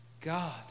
God